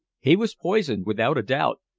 he was poisoned without a doubt,